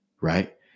Right